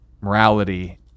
Morality